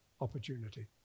opportunity